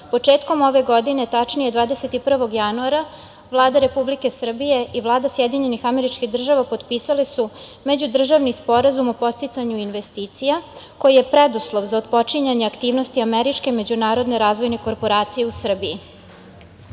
SAD.Početkom ove godine, tačnije 21. januara Vlada Republike Srbije i Vlada SAD potpisale su međudržavni Sporazum o podsticanju investicija koji je preduslov za otpočinjanje aktivnosti Američke međunarodne razvojne korporacije u